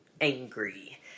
angry